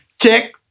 check